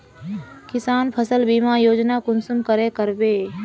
किसान फसल बीमा योजना कुंसम करे करबे?